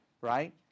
right